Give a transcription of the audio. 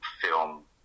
film